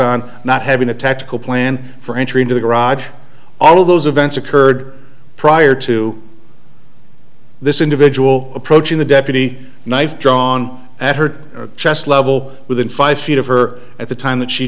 on not having a tactical plan for entry into the garage all of those events occurred prior to this individual approaching the deputy knife drawn at her chest level within five feet of her at the time that she